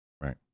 Right